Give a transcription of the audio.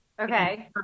Okay